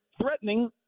threatening